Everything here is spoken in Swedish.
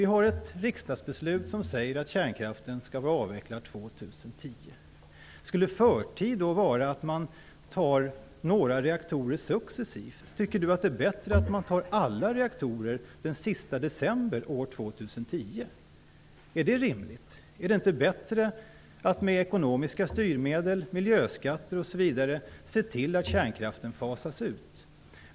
Vi har ett riksdagsbeslut som säger att kärnkraften skall vara avvecklad år 2010. Skulle förtid då innebära att man tar några reaktorer successivt ur drift? Tycker Lars Tobisson att det är bättre att ta alla reaktorer ur drift den 31 december år 2010? Är det rimligt? Är det inte bättre att med ekonomiska styrmedel, miljöskatter osv. se till att kärnkraften fasas ut?